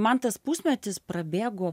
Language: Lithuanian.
man tas pusmetis prabėgo